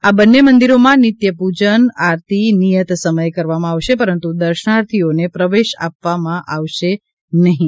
આ બંને મંદિરોમાં નિત્ય પૂજન આરતી નિયત સમયે કરવામાં આવશે પરંતુ દર્શનાર્થીઓને પ્રવેશ આપવામાં આવશે નહિં